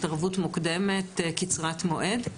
התערבות מוקדמת קצרת מועד.